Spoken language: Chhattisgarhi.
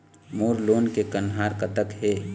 मोर लोन के कन्हार कतक हे?